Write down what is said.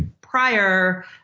prior